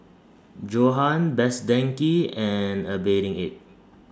Johan Best Denki and A Bathing Ape